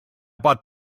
bought